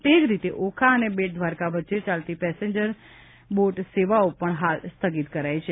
તે જ રીતે ઓખા અને બેટ દ્વારકા વચ્ચે ચાલતી પેસેન્જર ફરી બોટ સેવાઓ પણ હાલ સ્થગિત કરાઇ છે